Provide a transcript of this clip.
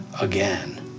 again